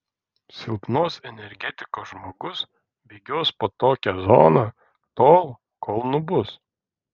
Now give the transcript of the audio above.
silpnos energetikos žmogus bėgios po tokią zoną tol kol nubus